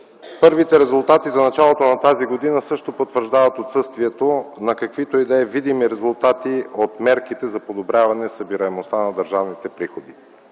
Първите резултати за началото на тази година също потвърждават отсъствието на каквито и да е видими резултати от мерките за подобряване събираемостта на държавните приходи.